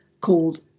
called